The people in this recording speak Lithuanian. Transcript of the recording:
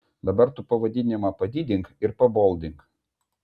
dabar tu pavadinimą padidink ir paboldink